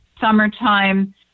summertime